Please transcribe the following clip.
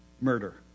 murder